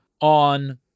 on